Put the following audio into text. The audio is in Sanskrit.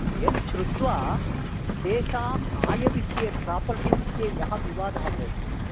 यच्रुत्वा तेषां आयविषये प्रापर्टी विषये यः विवादः भवति स्म